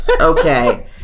okay